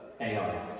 AI